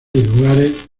lugares